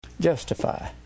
Justify